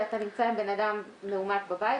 שכשאתה נמצא עם בן אדם מאומת בבית,